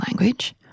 language